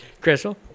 Crystal